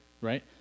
right